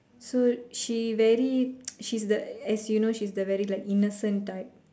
so she very she's the as you know she's the very like innocent type